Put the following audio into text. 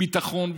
ביטחון,